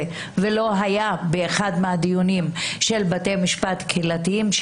ולא היה באחד הדיונים של בתי משפט קהילתיים,